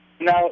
Now